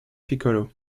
piccolo